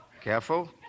Careful